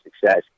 success